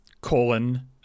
Colon